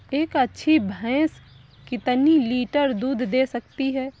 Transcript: एक अच्छी भैंस कितनी लीटर दूध दे सकती है?